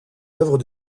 œuvres